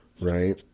right